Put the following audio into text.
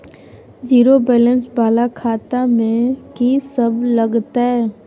Zero balance वाला खाता में की सब लगतै?